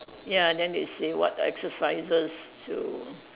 ya then they say what exercises to